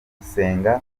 gusenga